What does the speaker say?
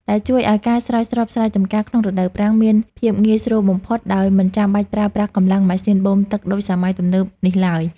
ដែលជួយឱ្យការស្រោចស្រពស្រែចម្ការក្នុងរដូវប្រាំងមានភាពងាយស្រួលបំផុត ដោយមិនចាំបាច់ប្រើប្រាស់កម្លាំងម៉ាស៊ីនបូមទឹកដូចសម័យទំនើបនេះឡើយ។